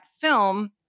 film